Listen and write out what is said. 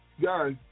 guys